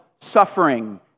suffering